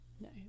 no